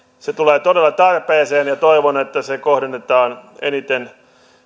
se tulee todella tarpeeseen ja toivon että se kohdennetaan eniten